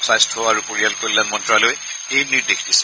স্বাস্থ্য আৰু পৰিয়াল কল্যাণ মন্নালয়ে এই নিৰ্দেশ দিছে